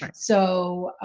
so,